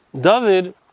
David